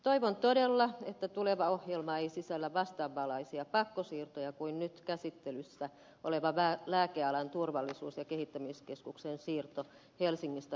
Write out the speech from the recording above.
toivon todella että tuleva ohjelma ei sisällä vastaavanlaisia pakkosiirtoja kuin nyt käsittelyssä oleva lääkealan turvallisuus ja kehittämiskeskuksen siirto helsingistä kuopioon